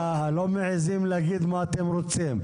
אתם לא מעיזים להגיד מה אתם רוצים.